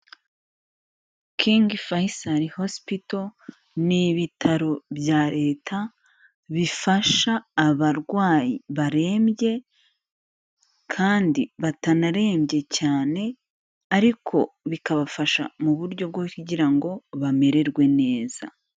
Kingi Fayisali hosipito ni ibitaro bya Leta, bifasha abarwayi barembye kandi batanarembye cyane ariko bikabafasha mu buryo bwo kugira ngo bamererwe neza.